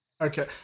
Okay